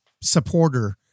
supporter